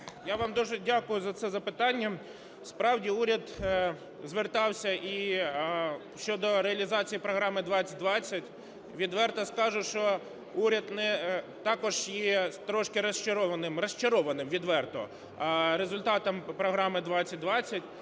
Я вам дуже дякую за це запитання. Справді уряд звертався і щодо реалізації програми-2020. Відверто скажу, що уряд також є трошки розчарованим, розчарованим відверто результатом програми-2020,